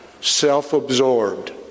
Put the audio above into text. self-absorbed